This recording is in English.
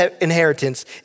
inheritance